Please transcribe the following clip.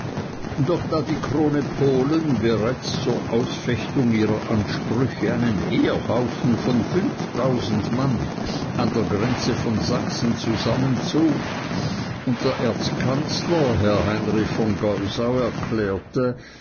doch da die krone polen bereits zur ausfechtung ihrer ansprüche einen heerhaufen von fünftausend mann an der grenze von sachsen zusammenzog und der erzkanzler herr heinrich von geusau erklärte